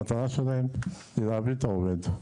המטרה שלהם היא להביא את העובד.